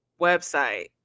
website